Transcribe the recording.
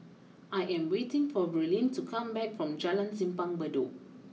I am waiting for Braelyn to come back from Jalan Simpang Bedok